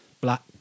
black